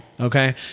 Okay